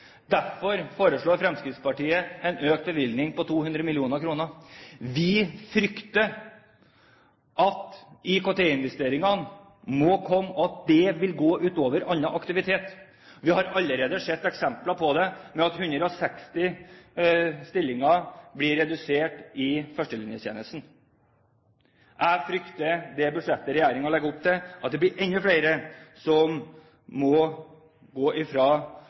Derfor foreslår Fremskrittspartiet en økt bevilgning på 200 mill. kr. IKT-investeringene må komme, og vi frykter at det vil gå ut over annen aktivitet. Vi har allerede sett eksempler på det, ved at 160 stillinger blir redusert i førstelinjetjenesten. Jeg frykter at med det budsjettet regjeringen legger opp til, blir enda flere som må gå,